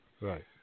Right